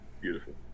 Beautiful